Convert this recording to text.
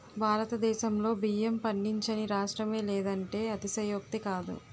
భారతదేశంలో బియ్యం పండించని రాష్ట్రమే లేదంటే అతిశయోక్తి కాదు